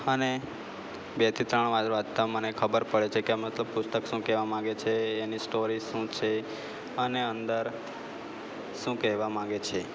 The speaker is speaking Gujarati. અને બેથી ત્રણ વાર વાંચતાં મને ખબર પડે છે કે આ મતલબ પુસ્તક શું કહેવા માંગે છે એની સ્ટોરી શું છે અને અંદર શું કહેવા માંગે છે